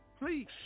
Please